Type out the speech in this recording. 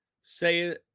Say